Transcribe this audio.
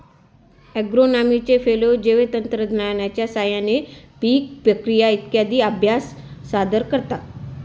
ॲग्रोनॉमीचे फेलो जैवतंत्रज्ञानाच्या साहाय्याने पीक प्रक्रिया इत्यादींचा अभ्यास सादर करतात